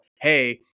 Hey